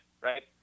right